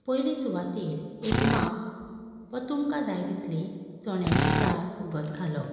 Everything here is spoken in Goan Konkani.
पयली सुवातेर एक माप वा तुमकां जाय तितली चण्याची दाळ फुगत घालप